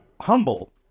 humble